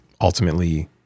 ultimately